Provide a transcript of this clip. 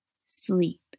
sleep